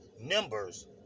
numbers